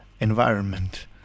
environment